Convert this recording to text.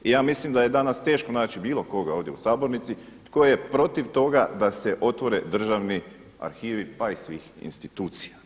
I ja mislim da je danas teško naći bilo koga ovdje u sabornici tko je protiv toga da se otvore državni arhivi pa i svih institucija.